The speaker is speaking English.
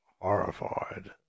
horrified